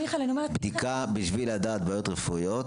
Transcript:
בדיקה בשביל לדעת בעיות רפואיות,